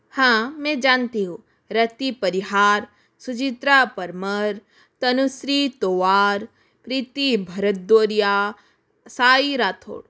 हाँ मैं जानती हूँ रति परिहार सुजित्रा परमर तनुश्री तोआर तृतीय भारद्वारिया साईं राठौर